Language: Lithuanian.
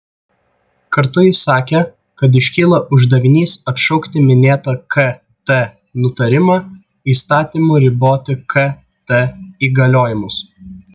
kartu jis sakė kad iškyla uždavinys atšaukti minėtą kt nutarimą įstatymu riboti kt įgaliojimus